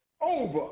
over